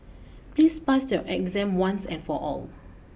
please pass your exam once and for all